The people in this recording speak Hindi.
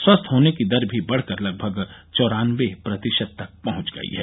स्वस्थ होने की दर भी बढ़ कर लगभग चौरानवे प्रतिशत तक पहुंच गई है